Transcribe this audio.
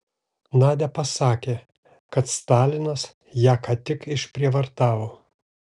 nadia pasakė kad stalinas ją ką tik išprievartavo